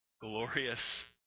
glorious